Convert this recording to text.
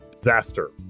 disaster